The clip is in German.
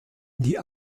die